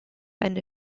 eine